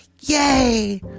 Yay